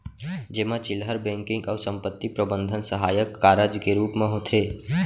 जेमा चिल्लहर बेंकिंग अउ संपत्ति प्रबंधन सहायक कारज के रूप म होथे